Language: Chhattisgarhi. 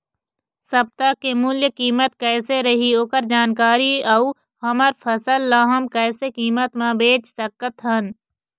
सप्ता के मूल्य कीमत कैसे रही ओकर जानकारी अऊ हमर फसल ला हम कैसे कीमत मा बेच सकत हन?